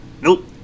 Nope